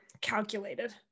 calculated